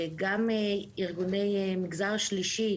גם של ארגוני מגזר שלישי,